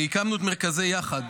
הקמנו את מרכזי יחד,